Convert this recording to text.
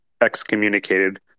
excommunicated